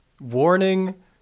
warning